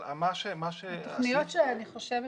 אבל מה --- התוכניות שאני חושבת